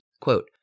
quote